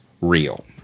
real